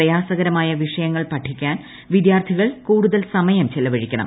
പ്രയാസകരമായ വിഷയങ്ങൾ പഠിക്കാൻ വിദ്യാർത്ഥികൾ കൂടുതൽ സമയം ചെലവഴിക്കണം